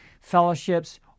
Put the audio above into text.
fellowships